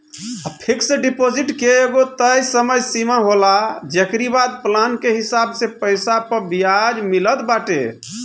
fix deposit के एगो तय समय सीमा होला जेकरी बाद प्लान के हिसाब से पईसा पअ बियाज मिलत बाटे